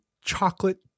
chocolate